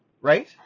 right